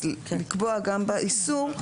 אז לקבוע גם באיסור,